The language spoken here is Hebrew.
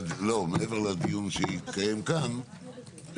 מבקש שמעבר לדיון שהתקיים כאן,